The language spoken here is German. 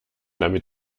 damit